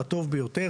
הטוב ביותר,